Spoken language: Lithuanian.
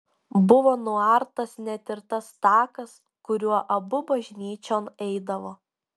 buvo nuartas net ir tas takas kuriuo abu bažnyčion eidavo